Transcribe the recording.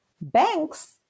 banks